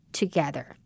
together